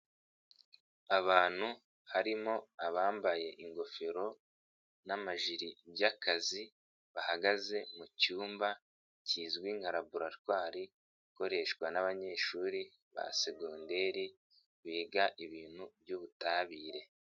Abantu harimo abambaye ingofero n'amajiri by'akazi, bahagaze mu cyumba kizwi nka laboratwari, ikoreshwa n'abanyeshuri ba segonderi biga ibintu byubutabire.